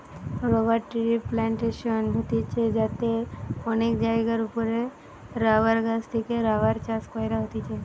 rubber ট্রির plantation হতিছে যাতে অনেক জায়গার ওপরে রাবার গাছ থেকে রাবার চাষ কইরা হতিছে